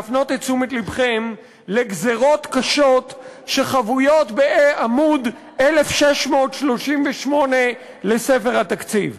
להפנות את תשומת לבכם לגזירות קשות שחבויות בעמוד 1638 בספר התקציב.